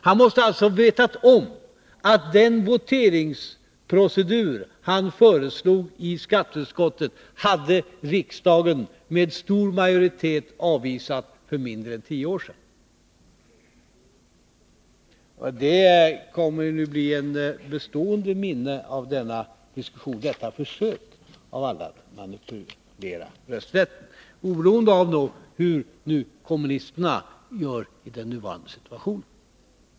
Han måste alltså ha vetat om att en sådan voteringsprocedur som den han föreslog i skatteutskottet med stor majoritet hade avvisats av riksdagen för mindre än tio år sedan. Det kommer att bli ett bestående minne av detta försök av alla att manipulera rösträtten, oberoende av hur kommunisterna gör i den nuvarande situationen.